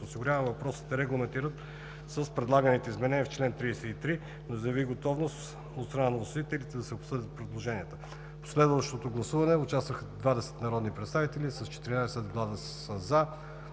осигуряване, въпросът е регламентиран с предлаганите изменения на чл. 33, но заяви готовност, от страна на вносителите, да обсъдят предложенията. В последвалото гласуване участваха 20 народни представители: с 14 гласа „за“,